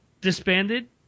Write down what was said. disbanded